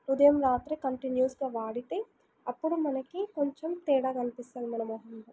ఉదయం రాత్రి కంటిన్యూస్గా వాడితే అప్పుడు మనకి కొంచెం తేడా కనిపిస్తుంది మన మొహంలో